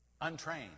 untrained